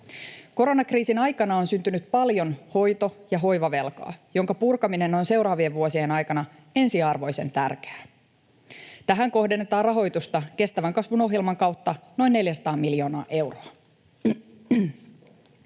Koronakriisin aikana on syntynyt paljon hoito- ja hoivavelkaa, jonka purkaminen on seuraavien vuosien aikana ensiarvoisen tärkeää. Tähän kohdennetaan rahoitusta kestävän kasvun ohjelman kautta noin 400 miljoonaa euroa.